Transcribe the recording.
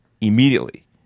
immediately